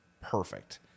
perfect